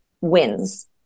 wins